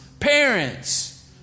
parents